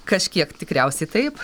kažkiek tikriausiai taip